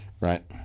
right